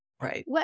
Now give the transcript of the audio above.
Right